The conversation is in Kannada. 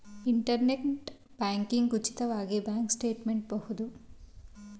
ಇಂಟರ್ನೆಟ್ ಬ್ಯಾಂಕಿಂಗ್ ಉಚಿತವಾಗಿ ಬ್ಯಾಂಕ್ ಸ್ಟೇಟ್ಮೆಂಟ್ ಬಹುದು